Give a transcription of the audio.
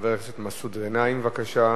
חבר הכנסת מסעוד גנאים, בבקשה.